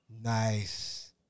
Nice